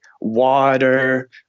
water